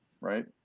right